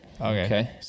Okay